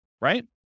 right